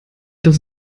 das